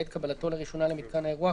בעת קבלתו לראשונה למיתקן האירוח,